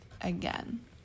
again